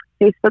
Facebook